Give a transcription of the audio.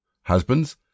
Husbands